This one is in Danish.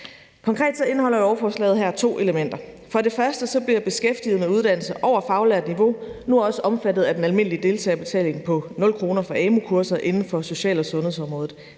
Konkret indeholder lovforslaget her to elementer. For det første bliver beskæftigede med uddannelse over faglært niveau nu også omfattet af den almindelige deltagerbetaling på 0 kr. for amu-kurser inden for social- og sundhedsområdet.